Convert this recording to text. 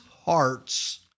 hearts